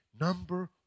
number